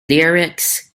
lyrics